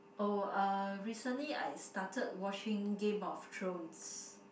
oh uh recently I started watching Game of Thrones